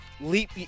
leap